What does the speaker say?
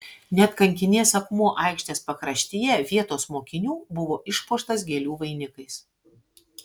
net kankinės akmuo aikštės pakraštyje vietos mokinių buvo išpuoštas gėlių vainikais